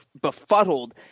befuddled